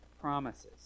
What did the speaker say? promises